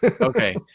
Okay